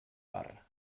barra